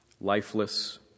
lifeless